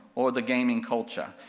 or the gaming culture,